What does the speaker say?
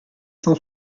cent